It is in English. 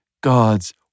God's